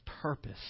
purpose